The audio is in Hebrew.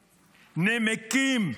נמקים.